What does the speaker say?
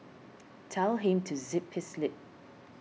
tell him to zip his lip